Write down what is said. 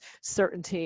certainty